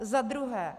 Za druhé.